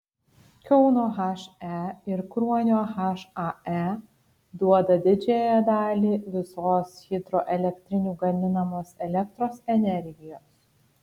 kauno he ir kruonio hae duoda didžiąją dalį visos hidroelektrinių gaminamos elektros energijos